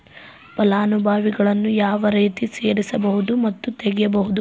ಫಲಾನುಭವಿಗಳನ್ನು ಯಾವ ರೇತಿ ಸೇರಿಸಬಹುದು ಮತ್ತು ತೆಗೆಯಬಹುದು?